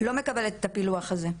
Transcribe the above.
לא מקבלת את הפילוח הזה.